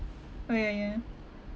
orh ya ya